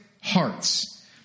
hearts